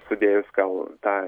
sudėjus gal tą